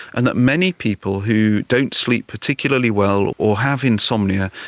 and that many people who don't sleep particularly well or have insomnia,